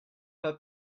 pas